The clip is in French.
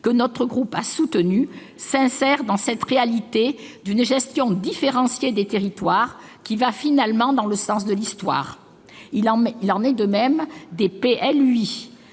que notre groupe a soutenue, s'insère dans cette réalité d'une gestion différenciée des territoires qui va, finalement, dans le sens de l'histoire. Il en est de même des plans